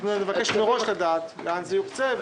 אנחנו נבקש מראש לדעת לאן זה יוקצה,